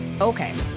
Okay